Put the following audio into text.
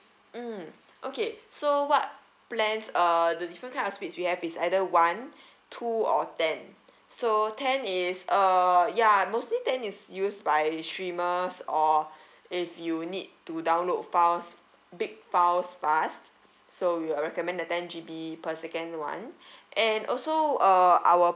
mm okay so what plans uh the different kind of speeds we have is either one two or ten so ten is uh ya mostly ten is used by streamers or if you need to download files big files fast so we will recommend the ten G_B per second [one] and also uh our